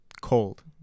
cold